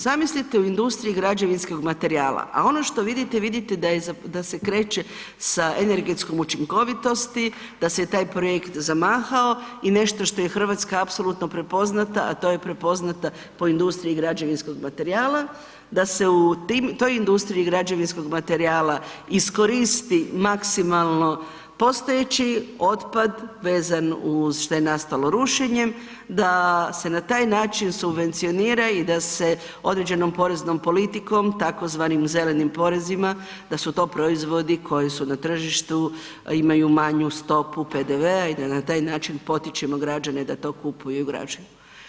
Zamislite u industriji građevinskog materijala a ono što vidite, vidite da se kreće sa energetskom učinkovitosti, da se taj projekt zamahao i nešto što je Hrvatska apsolutno prepoznata a to je prepoznata po industriji građevinskog materijala, da se u toj industriji građevinskog materijala iskoristi maksimalno postojeći otpad vezan uz što je nastalo rušenjem, da se na taj način subvencionira i da se određenom poreznom politikom tzv. zelenim porezima, da su to proizvodi koji su na tržištu, imaju manju stopu PDV-a i da na taj način potičemo građane da to kupuju i ugrađuju.